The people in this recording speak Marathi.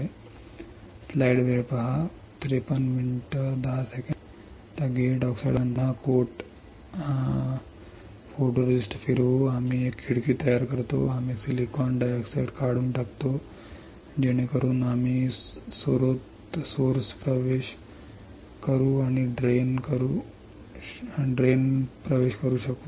आता गेट ऑक्साईड वाढवल्यानंतर आम्ही पुन्हा कोट फोटोरिस्टिस्ट फिरवू आम्ही एक खिडकी तयार करतो आम्ही सिलिकॉन डायऑक्साइड काढून टाकतो जेणेकरून आम्ही स्त्रोतामध्ये प्रवेश करू आणि ड्रेन करू शकू